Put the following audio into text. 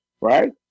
right